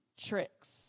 tricks